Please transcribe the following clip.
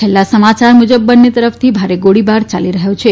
છેલ્લા સમાચાર મુજબ બંને તરફથી ભારે ગોળીબાર ચાલી રહ્યો છે